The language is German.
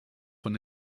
von